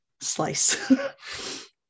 slice